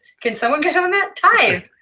can someone get on that? tithe!